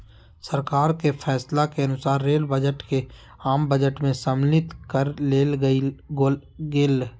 सरकार के फैसला के अनुसार रेल बजट के आम बजट में सम्मलित कर लेल गेलय